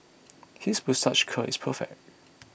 his moustache curl is perfect